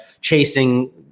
chasing